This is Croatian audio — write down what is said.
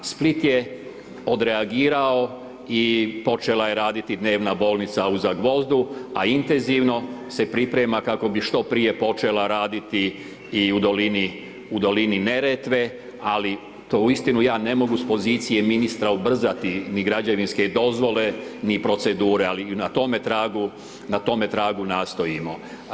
Split je odreagirao i počela je raditi dnevna bolnica u Zagvozdu, a intenzivno se priprema kako bi što prije počela raditi i u dolini Neretve, ali to uistinu ja ne mogu s pozicije ministra ubrzati ni građevinske dozvole, ni procedure, ali na tome tragu nastojimo.